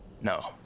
No